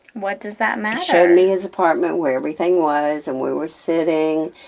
what does that matter, showed me his apartment, where everything was, and we were sitting,